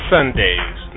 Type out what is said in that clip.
Sundays